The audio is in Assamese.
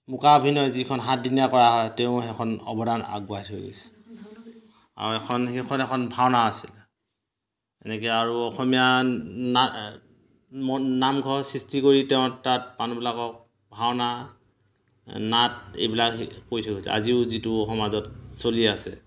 মুকা অভিনয় যিখন সাতদিনীয়া কৰা হয় তেওঁ সেইখন অৱদান আগবঢ়াই থৈ গৈছে আৰু এখন সেইখন এখন ভাওনা আছিল এনেকৈ আৰু অসমীয়া না মন নামঘৰৰ সৃষ্টি কৰি তেওঁ তাত মানুহবিলাকক ভাওনা নাট এইবিলাক কৰি থৈ গৈছে আজিও যিটো সমাজত চলি আছে